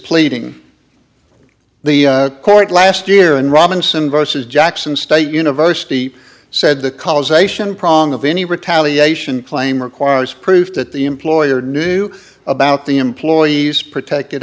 pleading the court last year in robinson versus jackson state university said the causation problem of any retaliation claim requires proof that the employer knew about the employee's protected